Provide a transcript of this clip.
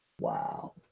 wow